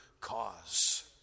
cause